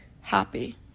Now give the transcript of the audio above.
happy